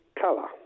colour